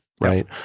right